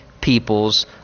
people's